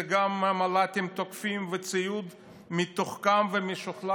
זה גם מל"טים תוקפים וציוד מתוחכם ומשוכלל